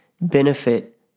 benefit